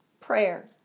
Prayer